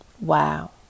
Wow